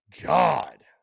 God